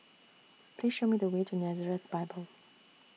Please Show Me The Way to Nazareth Bible